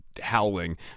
howling